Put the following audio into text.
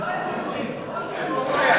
אדוני היושב-ראש,